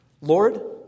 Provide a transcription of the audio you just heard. Lord